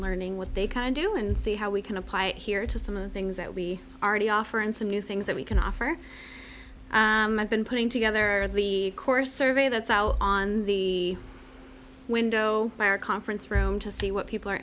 learning what they can do and see how we can apply it here to some of the things that we already offer and some new things that we can offer and i've been putting together the core survey that's out on the window by our conference room to see what people are